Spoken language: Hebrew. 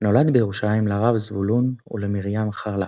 נולד בירושלים לרב זבולון ולמרים חרל"פ.